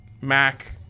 Mac